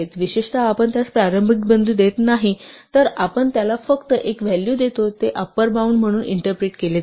विशेषतः आपण त्यास प्रारंभिक बिंदू देत नाही तर आपण त्याला फक्त एक व्हॅलू देतो ते अपर बॉउंड म्हणून इंटरप्रिट केले जाते